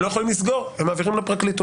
הם לא יכולים לסגור, הם מעבירים לפרקליטות.